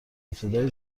ابتدای